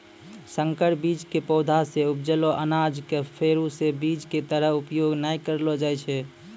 संकर बीज के पौधा सॅ उपजलो अनाज कॅ फेरू स बीज के तरह उपयोग नाय करलो जाय छै